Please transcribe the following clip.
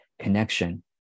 connection